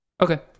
Okay